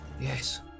Yes